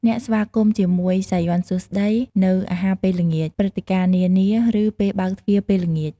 អ្នកស្វាគមន៍ជាមួយ "សាយ័ន្តសួស្ដី" នៅអាហារពេលល្ងាច ព្រឹត្តិការណ៍នានា ឬ ពេលបើកទ្វាពេលល្ងាច។